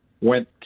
went